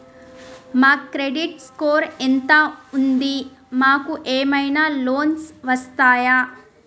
మా credit score ఎంత ఉంది? మాకు ఏమైనా లోన్స్ వస్తయా?